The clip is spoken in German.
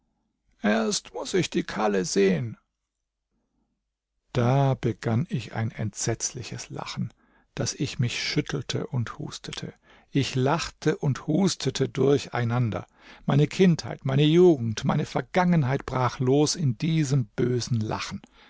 erst muß ich die kalle sehn da begann ich ein entsetzliches lachen daß ich mich schüttelte und hustete ich lachte und hustete durcheinander meine kindheit meine jugend meine vergangenheit brach los in diesem bösen lachen